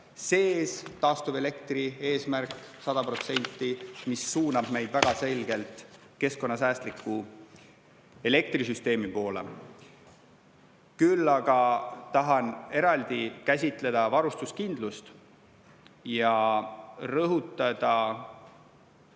sees – taastuvelektri eesmärk 100% – ja suunab meid väga selgelt keskkonnasäästliku elektrisüsteemi poole. Küll aga tahan eraldi käsitleda varustuskindlust ja rõhutada